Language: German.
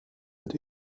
mit